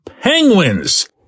penguins